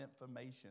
information